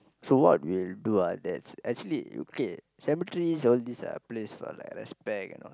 so what we'll do ah there's actually okay cemeteries all these are place for like respect